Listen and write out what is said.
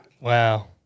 Wow